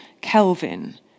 Kelvin